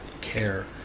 care